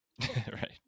Right